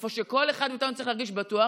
איפה שכל אחד מאיתנו צריך להרגיש בטוח,